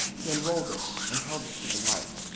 he unrolled it and held it to the light.